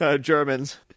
Germans